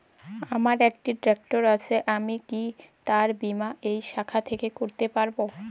আমার একটি ট্র্যাক্টর আছে আমি কি তার বীমা এই শাখা থেকে করতে পারব?